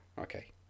Okay